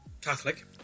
Catholic